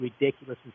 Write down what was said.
ridiculous